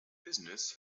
business